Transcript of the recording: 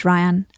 Ryan